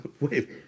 Wait